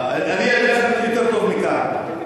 אני אגיד יותר טוב מכאן.